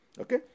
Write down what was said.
Okay